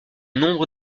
nombre